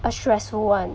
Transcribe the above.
a stressful one